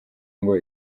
ngo